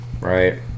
right